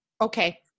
okay